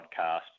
podcast